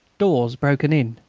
doors broken in,